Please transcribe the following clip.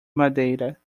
madeira